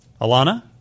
Alana